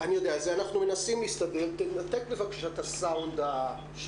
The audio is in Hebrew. שהיא תקופה מאתגרת ועם התמודדות